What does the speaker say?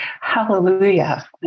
Hallelujah